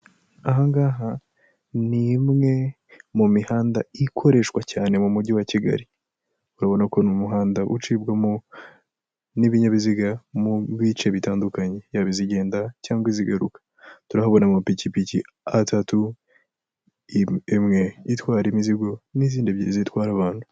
Ahangaha ni imwe mu mihanda ikoreshwa cyane mu Mujyi wa Kigali. Urabona ukuntu umuhanda ucibwamo n'ibinyabiziga mu bice bitandukanye, yabizigenda cyangwa izigaruka. Turahabona amapikipiki atatu, imwe itwara imizigo n'izindi ebyiri zitwara abantu.